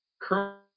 current